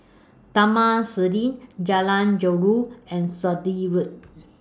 Taman Sireh Jalan Jeruju and Sturdee Road